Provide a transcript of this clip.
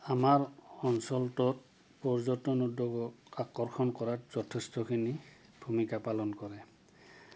আমাৰ অঞ্চলটোত পৰ্যটন উদ্যোগক আকৰ্ষণ কৰাত যথেষ্টখিনি ভূমিকা পালন কৰে